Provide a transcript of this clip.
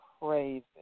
crazy